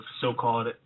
so-called